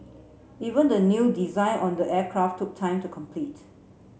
even the new design on the aircraft took time to complete